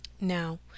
now